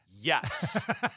yes